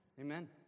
Amen